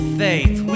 faith